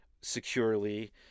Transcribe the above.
securely